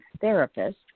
therapist